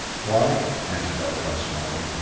why, answered arcot smiling,